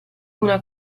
una